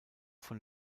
von